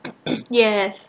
yes